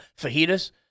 fajitas